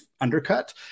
undercut